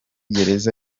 gereza